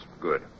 Good